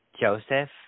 Joseph